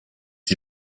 die